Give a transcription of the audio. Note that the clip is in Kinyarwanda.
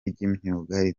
ry’imyuga